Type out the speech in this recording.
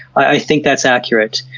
i think that's accurate,